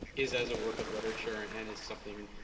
is as a work of literature and and as something,